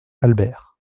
albert